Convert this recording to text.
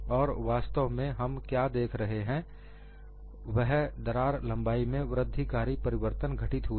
और वास्तव में हम क्या देख रहे हैं वह दरार लंबाई में वृद्धिकारी परिवर्तन घटित होते हुए